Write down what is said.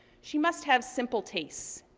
she must have simple tastes.